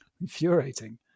Infuriating